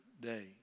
day